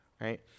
right